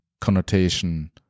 connotation